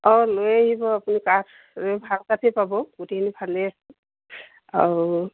অঁ লৈ আহিব আপুনি কাঠ ভাল কাঠেই পাব গোটেইখিনি ভালেই আছে আৰু